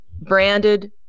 branded